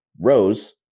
rose